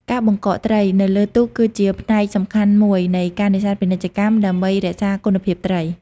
ការបង្កកត្រី នៅលើទូកគឺជាផ្នែកសំខាន់មួយនៃការនេសាទពាណិជ្ជកម្មដើម្បីរក្សាគុណភាពត្រី។